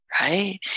right